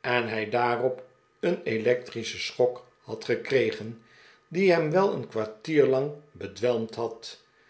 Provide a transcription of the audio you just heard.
en hij daarop een electrischen schok had gekregen die hem wel een kwartier lang bedwelmd had